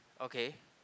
okay